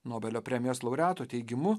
nobelio premijos laureato teigimu